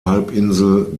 halbinsel